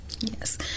Yes